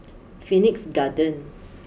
Phoenix Garden